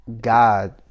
God